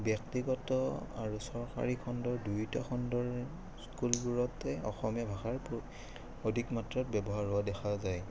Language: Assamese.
ব্যক্তিগত আৰু চৰকাৰী খণ্ডৰ দুয়োটা খণ্ডৰে স্কুলবোৰতে অসমীয়া ভাষাৰ অধিক মাত্ৰাত ব্যৱহাৰ হোৱা দেখা যায়